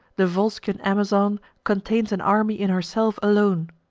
the volscian amazon contains an army in herself alone,